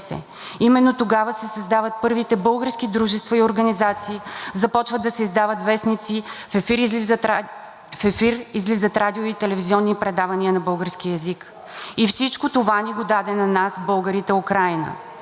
в ефир излизат радио- и телевизионни предавания на български език. И всичко това ни го даде на нас българите Украйна, всичко това се финансира от украинската държава. Това ли се нарича потисничество? От това ли искат да ни освобождават?